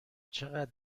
چقدر